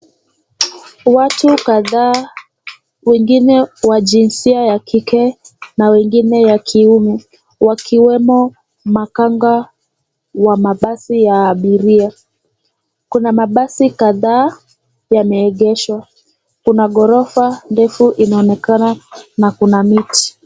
Watu kadhaa wengine wa jinsia ya kike na wengine ya kiume wakiwemo makanga wa mabasi ya abiria. Kuna mabasi kadhaa yameegeshwa, kuna gorofa ndefu inaonekana na kuna miti.